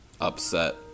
upset